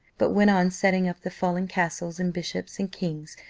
but went on setting up the fallen castles, and bishops, and kings,